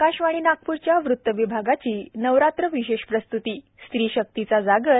आकाशवाणी नागपूरच्या वृत्त विभागाची नवरात्र विशेष प्रस्त्ती स्त्री शक्तीचा जागर